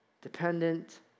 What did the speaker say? dependent